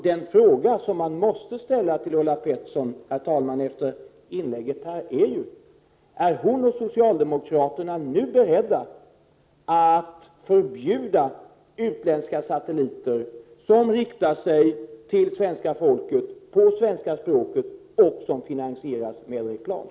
Den fråga man måste ställa till Ulla Pettersson efter hennes inlägg är: Är Ulla Pettersson och socialdemokraterna nu beredda att förbjuda utländska satelliter som riktar sig till svenska folket på svenska språket och som finansieras med reklam?